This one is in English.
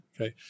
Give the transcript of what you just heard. Okay